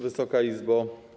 Wysoka Izbo!